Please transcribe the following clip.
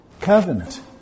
Covenant